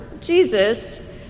Jesus